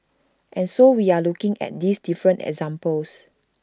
and so we are looking at these different examples